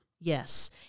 Yes